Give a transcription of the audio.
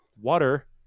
water